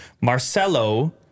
Marcelo